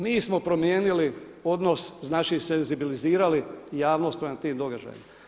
Mi smo promijenili odnos znači senzibilizirali javnost o tim događajima.